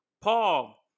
Paul